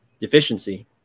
deficiency